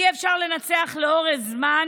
אי-אפשר לנצח לאורך זמן